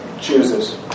chooses